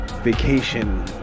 vacation